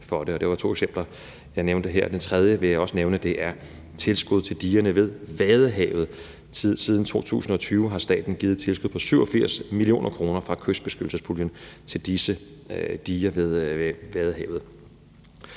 Det tredje eksempel vil jeg også nævne. Det er tilskud til digerne ved Vadehavet. Siden 2020 har staten givet et tilskud på 87 mio. kr. fra kystbeskyttelsespuljen til disse diger ved Vadehavet.